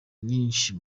nyinshi